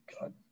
God